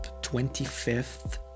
25th